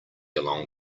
along